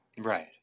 Right